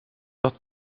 dat